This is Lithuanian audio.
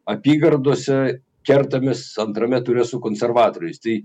apygardose kertamės antrame ture su konservatoriais tai